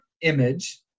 image